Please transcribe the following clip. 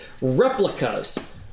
Replicas